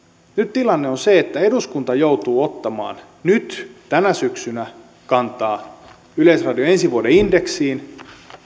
tilanne on se että eduskunta joutuu ottamaan nyt tänä syksynä kantaa yleisradion ensi vuoden indeksiin